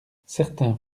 certains